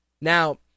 Now